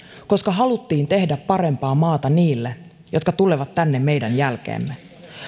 koska haluttiin tehdä parempaa maata niille jotka tulevat tänne meidän jälkeemme